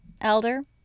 Elder